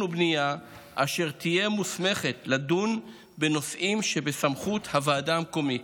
ובנייה אשר תהיה מוסמכת לדון בנושאים שבסמכות הוועדה המקומית,